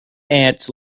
ants